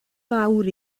mawr